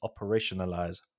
operationalize